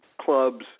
clubs